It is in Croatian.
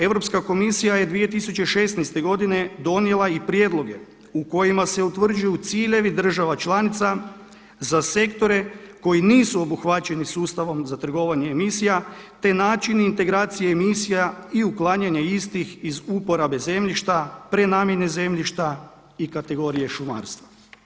Europska komisija je 2016. godine donijela i prijedloge u kojima se utvrđuju ciljevi država članica za sektore koji nisu obuhvaćeni sustavom za trgovanje emisija, te način integracije emisija i uklanjanje istih iz uporabe zemljišta, prenamjene zemljišta i kategorije šumarstva.